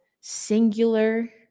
singular